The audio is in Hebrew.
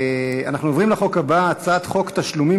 אנחנו עוברים לחוק הבא: הצעת חוק תשלומים